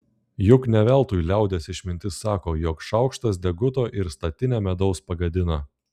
juk ne veltui liaudies išmintis sako jog šaukštas deguto ir statinę medaus pagadina